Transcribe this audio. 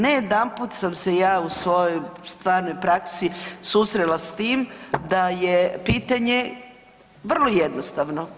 Ne jedanput sam se ja u svojoj stvarnoj praksi susrela sa tim da je pitanje vrlo jednostavno.